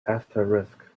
asterisk